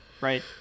right